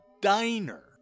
diner